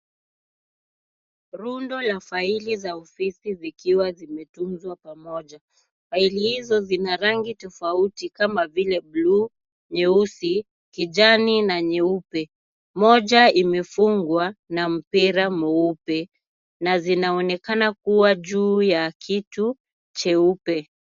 Rundo la faili za ofisi zikiwa zimetunzwa pamoja. Faili hizo zina rangi tofauti kama vile buluu, nyeusi, kijani, na nyeupe. Moja imefungwa na mpira mweupe, na zinaonekana kuwa juu ya kitu cheupe.